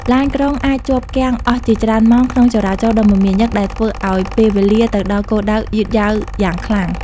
ឡានក្រុងអាចជាប់គាំងអស់ជាច្រើនម៉ោងក្នុងចរាចរណ៍ដ៏មមាញឹក ដែលធ្វើឱ្យពេលវេលាទៅដល់គោលដៅយឺតយ៉ាវយ៉ាងខ្លាំង។